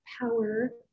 power